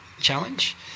challenge